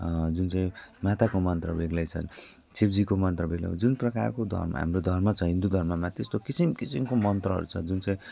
जुन चाहिँ माताको मन्त्र बेग्लै छन् शिवजीको मन्त्र बेग्लै छ जुन प्रकारको धन हाम्रो धर्म छ हिन्दू धर्ममा त्यस्तो किसिम किसिमको मन्त्रहरू छ जुन चाहिँ